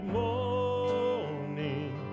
morning